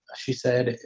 she said,